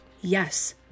Yes